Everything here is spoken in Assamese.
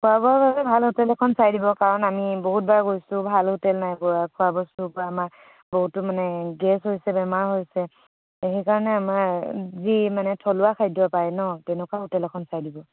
খোৱা বোৱাৰ বাবে ভাল হোটেল এখন চাই দিব কাৰণ আমি বহুতবাৰ গৈছোঁ ভাল হোটেল নাই পোৱা খোৱা বস্তুৰ পৰা আমাৰ বহুতো মানে গেছ হৈছে বেমাৰ হৈছে এই সেইকাৰণে আমাৰ যি মানে থলুৱা খাদ্য পায় ন তেনেকুৱা হোটেল এখন চাই দিব